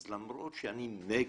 אז למרות שאני נגד,